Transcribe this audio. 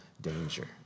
danger